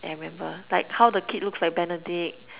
I remember like how the kid looks like Benedict